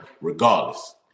regardless